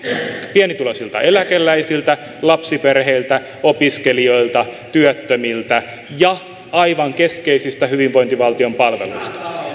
pienituloisilta eläkeläisiltä lapsiperheiltä opiskelijoilta työttömiltä ja aivan keskeisistä hyvinvointivaltion palveluista